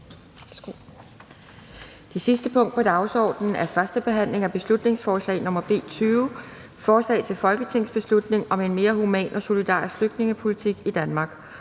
Det sidste punkt på dagsordenen er: 6) 1. behandling af beslutningsforslag nr. B 20: Forslag til folketingsbeslutning om en mere human og solidarisk flygtningepolitik i Danmark